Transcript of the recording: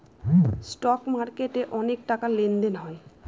stock মার্কেটে অনেক টাকার লেনদেন হয়